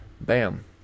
Bam